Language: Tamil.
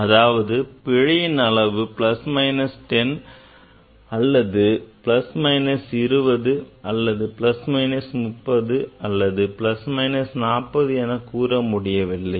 அதாவது பிழையின் அளவு plus minus 10 அல்லது plus minus 20 அல்லது plus minus 30 அல்லது plus minus 40 என்பதை சரியாக கூற முடியவில்லை